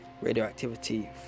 Radioactivity